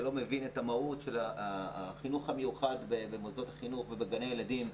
מבינים את המהות של החינוך המיוחד במוסדות החינוך ובגני הילדים,